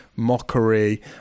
mockery